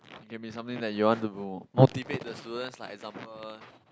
can be something that you want to motivate the students like example